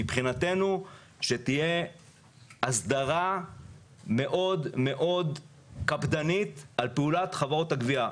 מבחינתנו שתהיה הסדרה מאוד-מאוד קפדנית על פעולת חברות הגבייה,